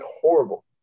horrible